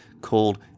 called